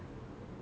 அதான:athaana